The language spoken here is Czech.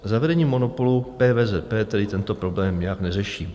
Zavedením monopolu PVZP tedy tento problém nijak neřeší.